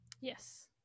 Yes